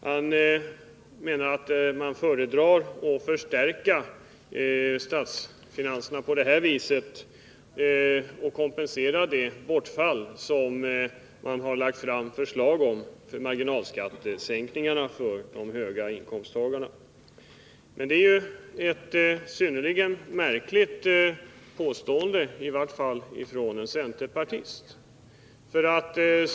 Han menar att man föredrar att förstärka statsfinanserna på detta sätt som kompensation för det bortfall som uppstår på grund av det förslag till marginalskattesänkningar för de höga inkomsttagarna som framlagts. Men detta är ett i vart fall från en centerpartist synnerligen märkligt påstående.